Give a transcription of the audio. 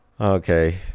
Okay